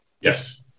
Yes